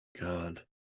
God